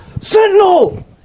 Sentinel